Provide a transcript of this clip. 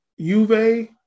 Juve